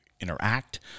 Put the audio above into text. interact